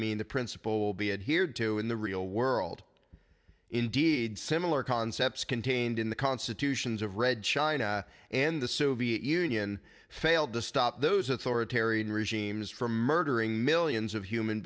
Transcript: mean the principle will be adhered to in the real world indeed similar concepts contained in the constitutions of red china and the soviet union failed to stop those authoritarian regimes for murdering millions of human